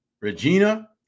Regina